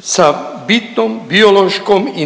sa bitnom biološkom i